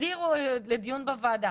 תחזירו לדיון בוועדה'.